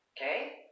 Okay